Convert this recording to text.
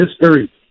history